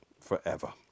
forever